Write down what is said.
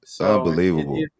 Unbelievable